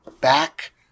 back